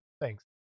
Thanks